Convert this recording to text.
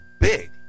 big